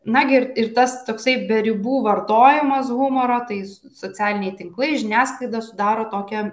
nagi ir tas toksai be ribų vartojamas humoro tai socialiniai tinklai žiniasklaida sudaro tokią